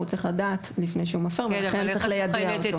הוא צריך לדעת לפני שהוא מפר ולכן צריך ליידע אותו .